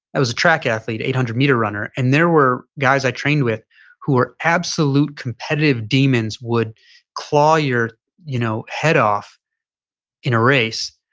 i was a track athlete, eight hundred meter runner, and there were guys i trained with who are absolute competitive demons would claw your you know head off in a race.